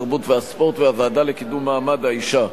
התרבות והספורט והוועדה לקידום מעמד האשה.